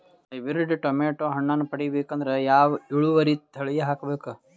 Hybrid tomato ಹಣ್ಣನ್ನ ಪಡಿಬೇಕಂದರ ಯಾವ ಇಳುವರಿ ತಳಿ ಹಾಕಬೇಕು?